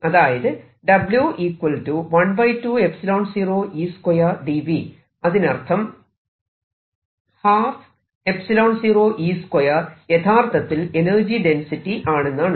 അതായത് അതിനർത്ഥം 12𝟄0 E2 യഥാർത്ഥത്തിൽ എനർജി ഡെൻസിറ്റി ആണെന്നാണ്